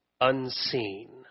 unseen